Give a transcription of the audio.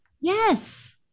Yes